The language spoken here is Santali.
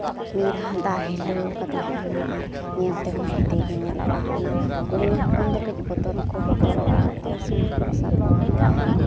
ᱫᱟᱜ ᱦᱤᱞᱟᱹᱣ ᱟᱠᱟᱫ ᱛᱟᱦᱮᱱᱟ ᱟᱨ ᱧᱮᱞ ᱛᱮᱦᱚᱸ ᱦᱮᱸᱫᱮ ᱜᱮ ᱧᱮᱞᱚᱜᱼᱟ ᱚᱱᱟ ᱠᱩᱲᱤ ᱦᱚᱯᱚᱱ ᱫᱚ ᱠᱟᱹᱡ ᱵᱚᱛᱚᱨ ᱦᱚᱸᱠᱚ ᱵᱚᱛᱚᱨᱚᱜᱼᱟ ᱛᱚ ᱥᱮᱬᱟ ᱦᱟᱹᱠᱩ ᱥᱟᱵ ᱠᱚᱦᱚᱸ